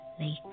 lake